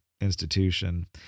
institution